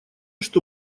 что